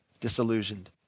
disillusioned